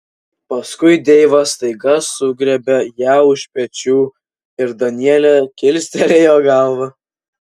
paskui deivas staiga sugriebė ją už pečių ir danielė kilstelėjo galvą